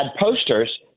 posters